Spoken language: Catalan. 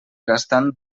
gastant